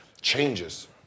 changes